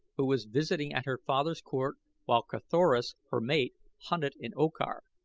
who was visiting at her father's court while carthoris, her mate, hunted in okar.